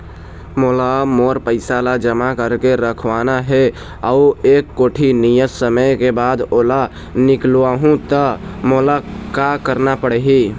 मोला मोर पैसा ला जमा करके रखवाना हे अऊ एक कोठी नियत समय के बाद ओला निकलवा हु ता मोला का करना पड़ही?